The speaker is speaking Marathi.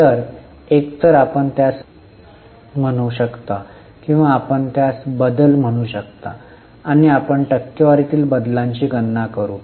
तर एकतर आपण त्यास फरक म्हणू शकता किंवा आपण त्यास बदल म्हणू शकता आणि आपण टक्केवारी तील बदलांची गणना करू